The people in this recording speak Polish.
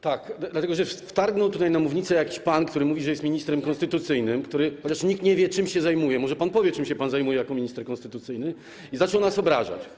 Tak, dlatego że wtargnął tutaj na mównicę jakiś pan, który mówi, że jest ministrem konstytucyjnym, chociaż nikt nie wie, czym się zajmuje - może pan powie, czym się pan zajmuje jako minister konstytucyjny - i zaczął nas obrażać.